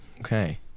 Okay